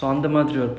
ya ya ya